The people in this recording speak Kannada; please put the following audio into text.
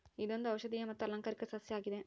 ಇದೊಂದು ಔಷದಿಯ ಮತ್ತು ಅಲಂಕಾರ ಸಸ್ಯ ಆಗಿದೆ